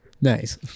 Nice